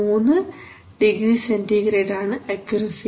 3 degree centigrade ആണ് accuracy